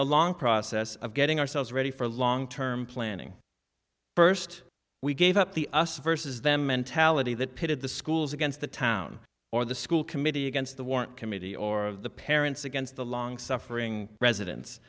the long process of getting ourselves ready for long term planning first we gave up the us versus them mentality that pitted the schools against the town or the school committee against the warrant committee or of the parents against the long suffering residen